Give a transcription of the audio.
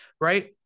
right